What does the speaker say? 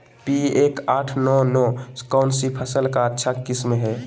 P एक आठ नौ नौ कौन सी फसल का अच्छा किस्म हैं?